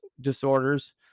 disorders